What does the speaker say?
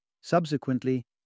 Subsequently